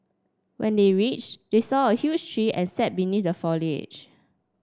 when they reached they saw a huge tree and sat beneath the foliage